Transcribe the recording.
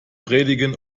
predigen